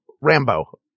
Rambo